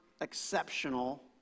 exceptional